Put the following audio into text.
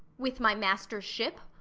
with my master's ship?